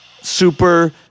super